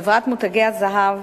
חברת "מותגי הזהב",